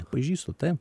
pažįstu taip